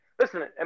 Listen